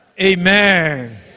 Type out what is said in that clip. Amen